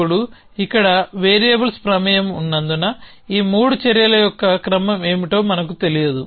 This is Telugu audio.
ఇప్పుడు ఇక్కడ వేరియబుల్స్ ప్రమేయం ఉన్నందున ఈ మూడు చర్యల యొక్క క్రమం ఏమిటో మనకు తెలియదు